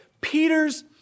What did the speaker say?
Peter's